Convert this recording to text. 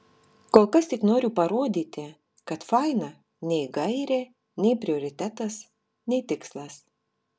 kol kas tik noriu parodyti kad faina nei gairė nei prioritetas nei tikslas